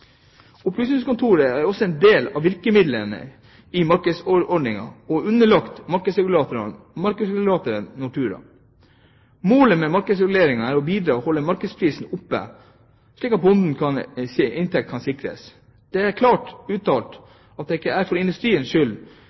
Opplysningskontoret er også en del av virkemidlene i markedsordningene og underlagt markedsregulatoren Nortura. Målet med markedsreguleringen er å bidra til å holde markedsprisen oppe, slik at bondens inntekt sikres. Det er klart uttalt at den ikke er til for industriens skyld